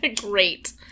Great